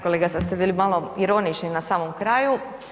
Da kolega sad ste bili malo ironični na samom kraju.